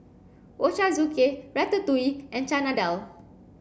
Ochazuke Ratatouille and Chana Dal